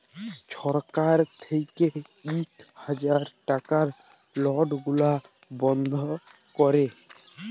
ছরকার থ্যাইকে ইক হাজার টাকার লট গুলা বল্ধ ক্যরে